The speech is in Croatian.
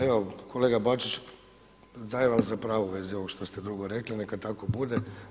Evo kolega Bačić, dajem vam za pravo u vezi ovog što ste drugo rekli, neka tako bude.